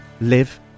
live